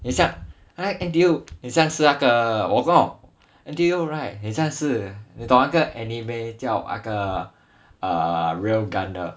很像那个 N_T_U 很像是那个我懂 N_T_U right 很像是你懂 right 那个 anime 叫那个 err railgun 的